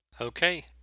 Okay